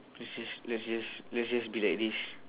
let's just let's just let's just be like this